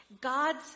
God's